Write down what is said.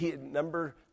number